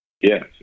Yes